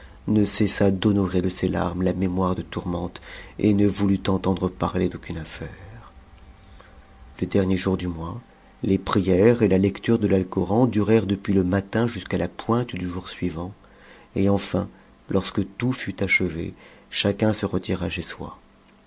ne cessa d'honorer de ses larmes la mémoire de tourmente et ne voulut entendre parler d'aucune affaire le dernier jour du mois les prières et la lecture de l'alcoran durèrent depuis le matin jusqu'à la pointe du jour suivant et enfin lorsque tout lut achevé chacun se retira chez soi